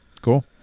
Cool